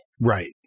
Right